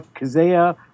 Kazea